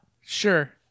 Sure